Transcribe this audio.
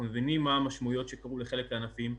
מבינים מה המשמעויות שקרו לחלק מהענפים.